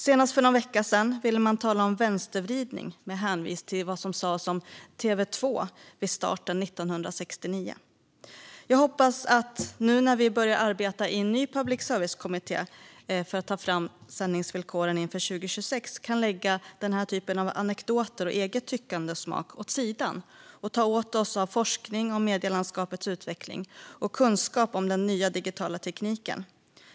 Senast för någon vecka sedan ville man tala om vänstervridning med hänvisning till vad som sades om TV2 vid starten 1969. Jag hoppas att vi nu när vi börjar arbeta i en ny public service-kommitté för att ta fram sändningsvillkoren inför 2026 kan lägga denna typ av anekdoter och eget tyckande och smak åt sidan och ta till oss forskning om medielandskapets utveckling och kunskap om den nya digitala tekniken.